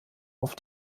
auf